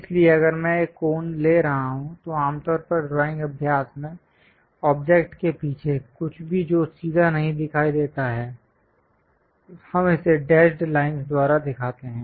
इसलिए अगर मैं एक कोन ले रहा हूं तो आमतौर पर ड्राइंग अभ्यास में ऑब्जेक्ट के पीछे कुछ भी जो सीधा नहीं दिखाई देता है हम इसे डैशड् लाइनस् द्वारा दिखाते हैं